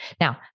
Now